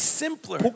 simpler